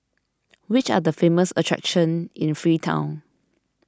which are the famous attractions in Freetown